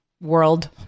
world